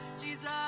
Jesus